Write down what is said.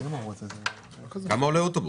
הכול ביחד,